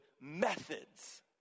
methods